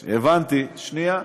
הבנתי, שנייה.